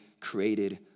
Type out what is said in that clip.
created